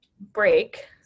break